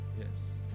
Yes